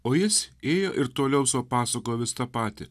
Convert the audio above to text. o jis ėjo ir toliau sau pasakojo vis tą patį